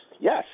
yes